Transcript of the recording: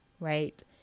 Right